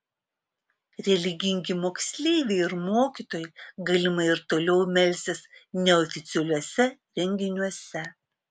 religingi moksleiviai ir mokytojai galimai ir toliau melsis neoficialiuose renginiuose